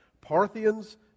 Parthians